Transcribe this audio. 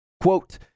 quote